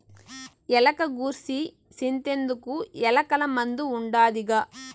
ఎలక గూర్సి సింతెందుకు, ఎలకల మందు ఉండాదిగా